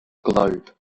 globe